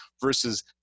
versus